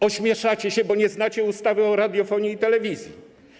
Ośmieszacie się, bo nie znacie ustawy o radiofonii i telewizji.